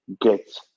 get